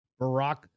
barack